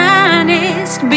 honest